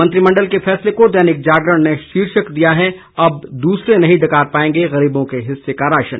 मंत्रिमंडल के फैसले को दैनिक जागरण ने शीर्षक दिया है अब दूसरे नहीं डकार पाएंगे गरीबों के हिस्से का राशन